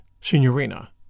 signorina